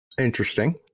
Interesting